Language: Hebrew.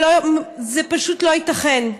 זה פשוט לא ייתכן.